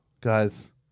Guys